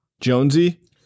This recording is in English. Jonesy